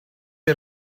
chi